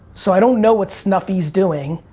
so i don't know what's snuffy's doing.